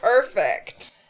perfect